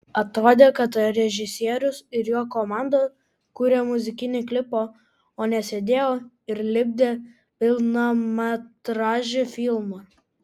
atrodė kad režisierius ir jo komanda kūrė muzikinį klipą o ne sėdėjo ir lipdė pilnametražį filmą